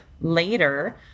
later